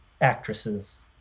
actresses